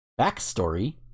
Backstory